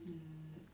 mm